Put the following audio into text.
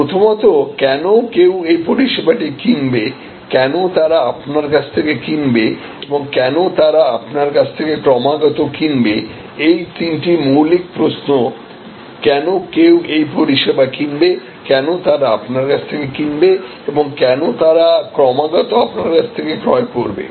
প্রথমত কেন কেউ এই পরিষেবাটি কিনবে কেন তারা আপনার কাছ থেকে কিনবে এবং কেন তারা আপনার কাছ থেকে ক্রমাগতকিনবে এই তিনটি মৌলিক প্রশ্ন কেন কেউ এই পরিষেবা কেনাবে কেন তারা আপনার কাছ থেকে কিনবে এবং কেন তারা ক্রমাগতআপনার কাছ থেকে ক্রয় করবে